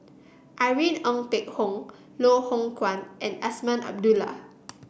Irene Ng Phek Hoong Loh Hoong Kwan and Azman Abdullah